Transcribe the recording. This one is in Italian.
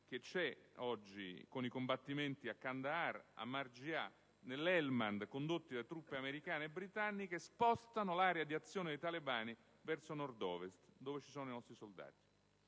attuale, con i combattimenti a Kandahar, Marjah e nell'Helmand, condotti da truppe americane e britanniche spostano l'area di azione dei talebani verso nord-ovest, lì dove sono i nostri soldati.